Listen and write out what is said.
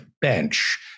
bench